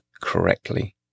correctly